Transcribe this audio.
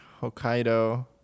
Hokkaido